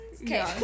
okay